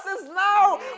now